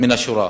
מן השורה,